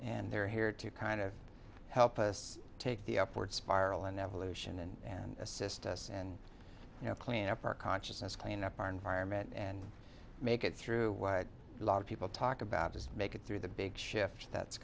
and they're here to kind of help us take the upward spiral and evolution and and assist us and you know clean up our consciousness clean up our environment and make it through what a lot of people talk about just make it through the big shift that's